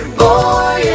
boy